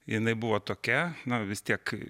jinai buvo tokia na vis tiek